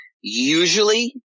usually